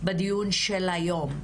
בדיון של היום.